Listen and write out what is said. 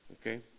okay